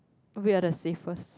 we are the safest